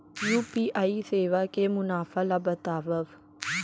UPI सेवा के मुनाफा ल बतावव?